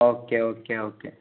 okay okay okay